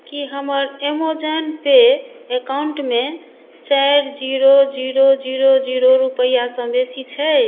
की हमर ऐमोजैनपे अकाउंटमे चारि जीरो जीरो जीरो जीरो रूपैआसँ बेसी छै